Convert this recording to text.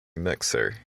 mixer